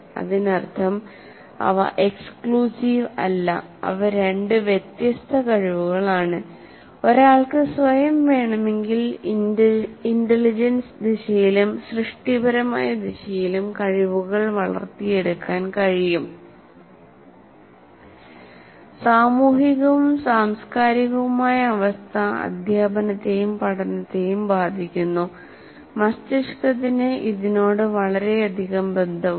അതിനർത്ഥം അവ എക്സ്ക്ലൂസീവ് അല്ല അവ രണ്ട് വ്യത്യസ്ത കഴിവുകളാണ് ഒരാൾക്ക് സ്വയം വേണമെങ്കിൽ ഇന്റലിജൻസ് ദിശയിലും സൃഷ്ടിപരമായ ദിശയിലും കഴിവുകൾ വളർത്തിയെടുക്കാൻ കഴിയും സാമൂഹികവും സാംസ്കാരികവുമായ അവസ്ഥ അധ്യാപനത്തെയും പഠനത്തെയും ബാധിക്കുന്നു മസ്തിഷ്കത്തിന് ഇതിനോട് വളരെയധികം ബന്ധമുണ്ട്